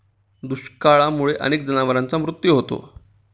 दुष्काळामुळे अनेक जनावरांचा मृत्यू होतो